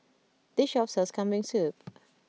this shop sells Kambing Soup